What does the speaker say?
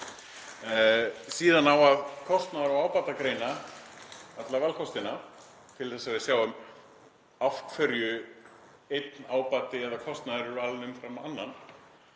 Síðan á að kostnaðar- og ábatagreina alla valkostina til að við sjáum af hverju einn ábati eða kostnaður er valinn umfram annan.